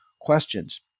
questions